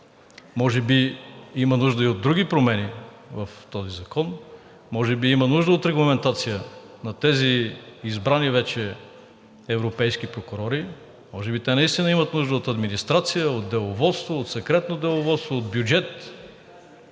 Може би има нужда и от други промени в този закон, може би има нужда от регламентация на тези избрани вече европейски прокурори, може би те наистина имат нужда от администрация, от деловодство, от секретно деловодство, от бюджет.